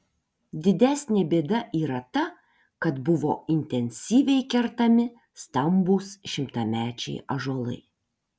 didesnė bėda yra ta kad buvo intensyviai kertami stambūs šimtamečiai ąžuolai